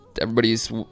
everybody's